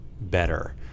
better